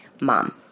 Mom